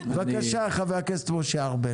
בבקשה, חבר הכנסת משה ארבל.